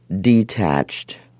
detached